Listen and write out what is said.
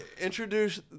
introduce